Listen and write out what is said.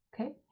Okay